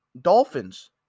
Dolphins